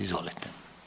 Izvolite.